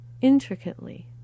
intricately